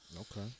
Okay